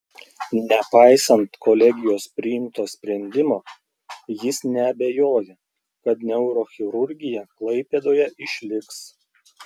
nepaisant kolegijos priimto sprendimo jis neabejoja kad neurochirurgija klaipėdoje išliks